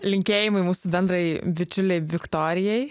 linkėjimai mūsų bendrai bučiulei viktorijai